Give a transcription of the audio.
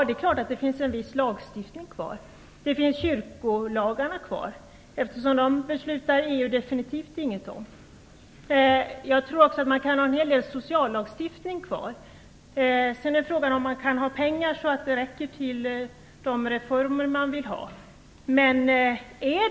Det är klart att de får behålla en viss sådan makt. Kyrkolagstiftningsmakten finns kvar, eftersom EU definitivt inte beslutar om kyrkolagarna. Jag tror också att man kan ha kvar en hel del befogenheter när det gäller sociallagstiftning. Sedan är frågan om man har pengar som räcker till för de reformer som man vill genomföra.